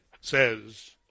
says